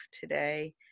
today